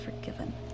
forgiven